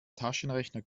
taschenrechner